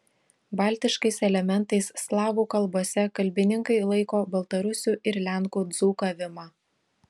baltiškais elementais slavų kalbose kalbininkai laiko baltarusių ir lenkų dzūkavimą